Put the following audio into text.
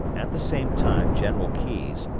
at the same time general keyes,